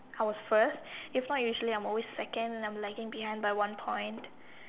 I was first if not usually I'm always second and I'm lacking behind by one point